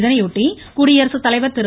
இதையொட்டி குடியரசுத்தலைவர் திரு